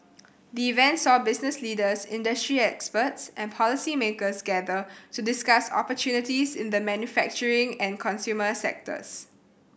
the event saw business leaders industry experts and policymakers gather to discuss opportunities in the manufacturing and consumer sectors